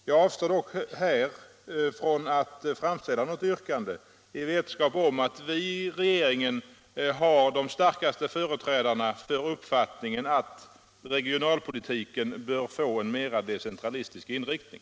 Jag avstår dock från att här framställa något yrkande, i vetskap om att vi i regeringen har de starkaste företrädarna för uppfattningen att regionalpolitiken bör få en mera decentralistisk inriktning.